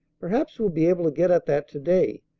perhaps we'll be able to get at that to-day.